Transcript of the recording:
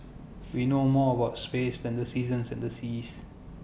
we know more about space than the seasons and the seas